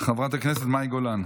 חברת הכנסת מאי גולן.